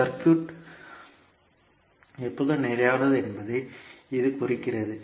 circuit எப்போதும் நிலையானது என்பதை இது குறிக்கிறது